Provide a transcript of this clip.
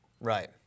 Right